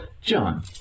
John